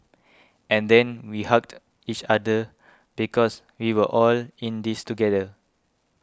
and then we hugged each other because we were all in this together